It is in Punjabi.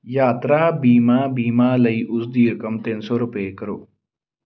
ਯਾਤਰਾ ਬੀਮਾ ਬੀਮਾ ਲਈ ਉਸ ਦੀ ਰਕਮ ਤਿੰਨ ਸੌ ਰੁਪਏ ਕਰੋ